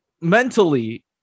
mentally